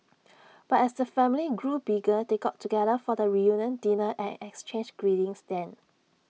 but as the family grew bigger they got together for the reunion dinner and exchanged greetings then